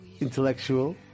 intellectual